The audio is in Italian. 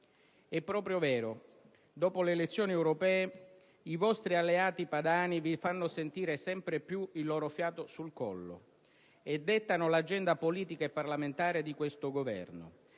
È proprio vero, dopo le elezioni europee i vostri alleati padani vi fanno sentire sempre più il loro fiato sul collo e dettano l'agenda politica e parlamentare di questo Governo.